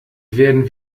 werden